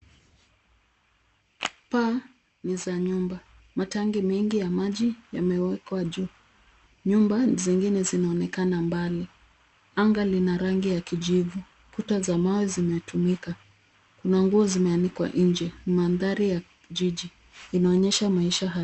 Paa ni za nyumba. Matangi mengi ya maji yamewekwa juu. Nyumba zingine zinaonekana mbali. Anga lina rangi ya kijivu. Kuta za mawe zimetumika. Kuna nguo zimeanikwa nje. Mandhari ya jiji inaonyesha maisha.